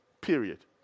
period